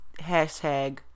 hashtag